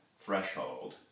threshold